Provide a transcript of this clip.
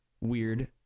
Weird